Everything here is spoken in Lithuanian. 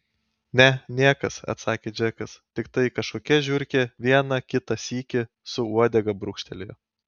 ne niekas atsakė džekas tiktai kažkokia žiurkė vieną kitą sykį su uodega brūkštelėjo